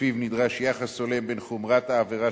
ולפיו נדרש יחס הולם בין חומרת העבירה